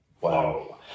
Wow